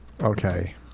Okay